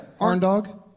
Arndog